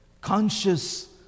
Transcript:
conscious